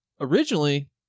originally